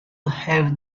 have